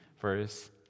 verse